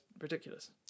ridiculous